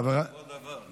רגע, יש עוד דבר.